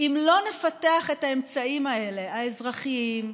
אם לא נפתח את האמצעים האלה, האזרחיים,